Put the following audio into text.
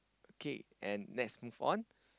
okay and let's move on